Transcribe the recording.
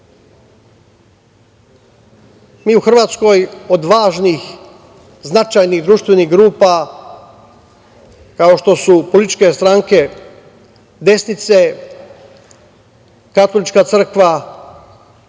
Mi u Hrvatskoj od važnih, značajnih društvenih grupa, kao što su političke stranke desnice, katolička crkva,